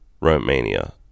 Romania